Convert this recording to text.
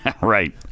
right